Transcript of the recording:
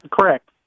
Correct